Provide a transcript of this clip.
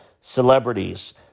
celebrities